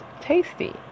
tasty